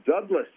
Douglas